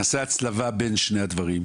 נעשה הצלבה בין שני הדברים.